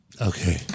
Okay